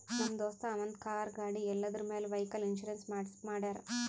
ನಮ್ ದೋಸ್ತ ಅವಂದ್ ಕಾರ್, ಗಾಡಿ ಎಲ್ಲದುರ್ ಮ್ಯಾಲ್ ವೈಕಲ್ ಇನ್ಸೂರೆನ್ಸ್ ಮಾಡ್ಯಾರ್